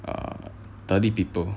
err thirty people